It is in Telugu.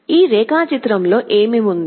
ఈ రేఖాచిత్రంలో ఏమి ఉంది